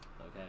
Okay